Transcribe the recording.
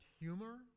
humor